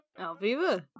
Alviva